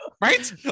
Right